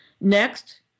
Next